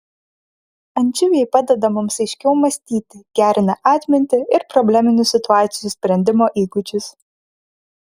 ančiuviai padeda mums aiškiau mąstyti gerina atmintį ir probleminių situacijų sprendimo įgūdžius